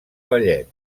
ballet